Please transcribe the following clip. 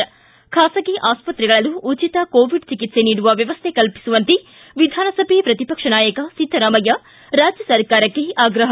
ಿ ಖಾಸಗಿ ಆಸ್ಪತ್ರೆಗಳಲ್ಲೂ ಉಚಿತ ಕೋವಿಡ್ ಚಿಕಿತ್ನೆ ನೀಡುವ ವ್ಯವಸ್ಥೆ ಕಲ್ಲಿಸುವಂತೆ ವಿಧಾನಸಭೆ ಪ್ರತಿಪಕ್ಷ ನಾಯಕ ಸಿದ್ದರಾಮಯ್ಯ ರಾಜ್ಯ ಸರ್ಕಾರಕ್ಕೆ ಆಗ್ರಹ